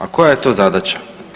A koja je to zadaća?